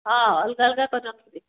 ହଁ ଅଲଗା ଅଲଗା କରି ରଖିବେ